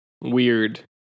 weird